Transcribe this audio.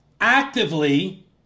actively